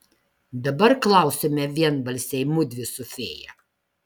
dabar klausiame vienbalsiai mudvi su fėja